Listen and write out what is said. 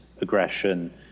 aggression